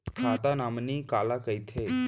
खाता नॉमिनी काला कइथे?